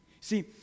See